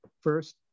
first